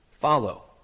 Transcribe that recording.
follow